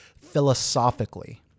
philosophically